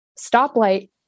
stoplight